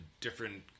different